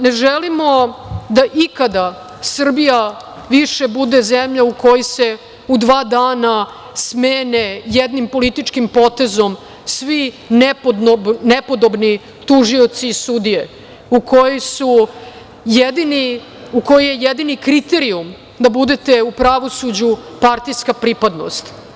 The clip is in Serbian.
Ne želimo da ikada Srbija više bude zemlja u kojoj se u dva dana smene jednim političkim potezom svi nepodobni tužioci i sudije u koji je jedini kriterijum da budete u pravosuđu partijska pripadnost.